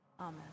Amen